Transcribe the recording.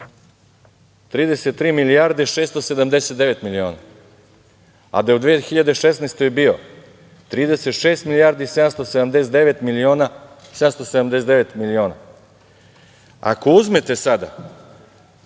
33 milijarde 679 miliona, a da je u 2016. bio 36 milijardi 779 miliona. Ako uzmete sada,